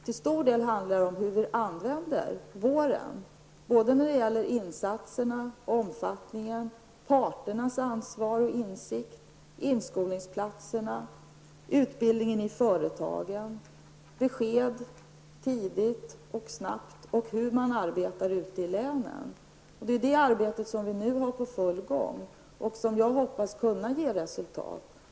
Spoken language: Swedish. Till stor del handlar det om hur vi använder våren när det gäller insatserna -- omfattningen, parternas ansvar och insikt, inskolningsplatserna, utbildningen i företagen, besked tidigt och snabbt och sättet att arbeta ute i länen. Det är det arbetet som vi nu har i full gång och som jag hoppas skall ge resultat.